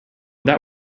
that